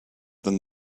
than